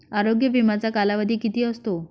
आरोग्य विम्याचा कालावधी किती असतो?